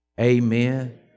Amen